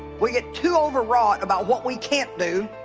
we get to overwrought about what we can't do